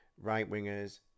right-wingers